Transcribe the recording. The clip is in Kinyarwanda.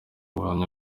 ubuhamya